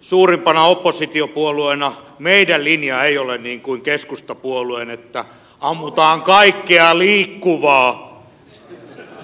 suurimpana oppositiopuolueena meidän linjamme ei ole niin kuin keskustapuolueen että ammutaan kaikkea liikkuvaa